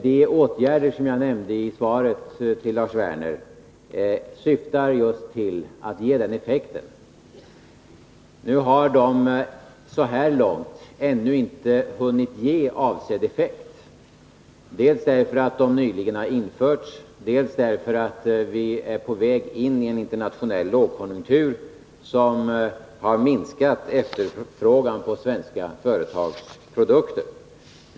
De åtgärder som jag nämnde i svaret till Lars Werner syftar just till att skapa den effekten. Så här långt har åtgärderna dock ännu inte hunnit få avsedd effekt — dels därför att de nyligen har införts, dels därför att vi är på väg in i en internationell lågkonjunktur som har minskat efterfrågan på svenska företags produkter.